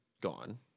gone